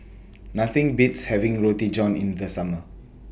Nothing Beats having Roti John in The Summer